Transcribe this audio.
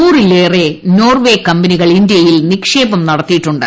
നൂറിലേറെ നോർവെക്കുക്മ്പനികൾ ഇന്ത്യയിൽ നിക്ഷേപം നടത്തിയിട്ടുണ്ട്